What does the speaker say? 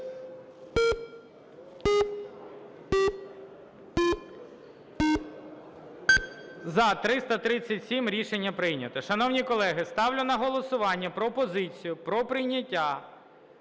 За-337 Рішення прийнято. Шановні колеги, ставлю на голосування пропозицію про прийняття